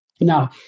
Now